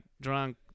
drunk